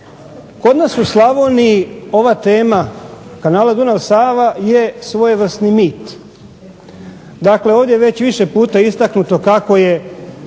Kod nas u Slavoniji ova tema kanala Dunav – Sava je svojevrsni mit. Dakle, ovdje je već više puta istaknuto kako je